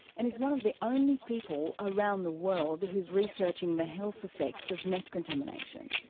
and is one of the only people around the world who's researching the health effects of meth contamination.